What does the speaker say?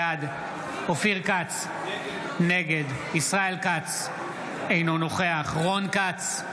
בעד אופיר כץ, נגד ישראל כץ, אינו נוכח רון כץ,